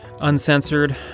Uncensored